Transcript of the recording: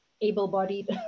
able-bodied